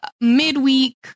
midweek